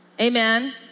Amen